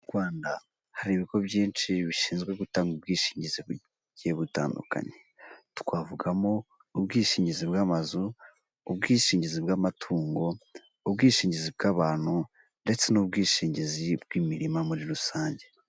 Mu Rwanda hari ibigo byinshi bishinzwe gutanga ubwishingizi bugiye butandukanye. Twavugamo; ubwishingizi bw'amazu, ubwishingizi bw'amatungo, ubwishingizi bw'abantu ndetse n'ubwishingizi bw'imirima muri rusange.